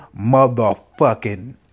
motherfucking